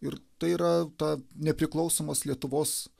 ir tai yra ta nepriklausomos lietuvos